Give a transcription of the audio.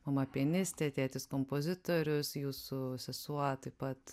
mama pianistė tėtis kompozitorius jūsų sesuo taip pat